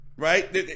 Right